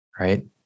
Right